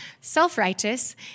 Self-righteous